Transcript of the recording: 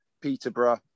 peterborough